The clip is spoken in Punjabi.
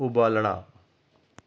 ਉਬਾਲਣਾ